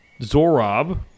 Zorob